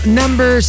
number